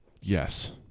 Yes